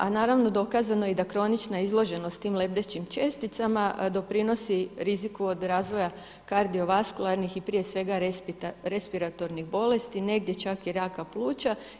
A naravno dokazano je da i kronična izloženost tim lebdećim česticama doprinosi riziku od razvoja kardiovaskularnih i prije svega respiratornih bolesti, negdje čak i raka pluća.